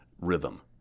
rhythm